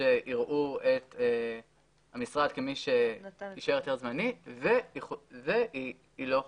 שיראו את המשרד כמי שאישר היתר זמני והיא לא חותמת.